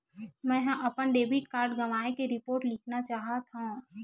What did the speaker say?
मेंहा अपन debit card गवाए के रिपोर्ट लिखना चाहत हव